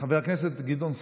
חבר הכנסת גדעון סער,